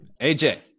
AJ